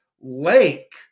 lake